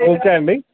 okay అండి